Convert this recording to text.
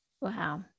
Wow